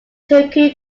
turku